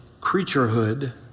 creaturehood